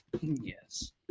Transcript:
Yes